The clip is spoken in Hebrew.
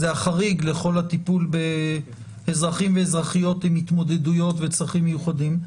זה החריג לכל הטיפול באזרחים ואזרחיות עם התמודדויות וצרכים מיוחדים.